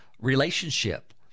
relationship